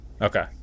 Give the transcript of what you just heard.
Okay